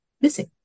missing